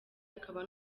akaba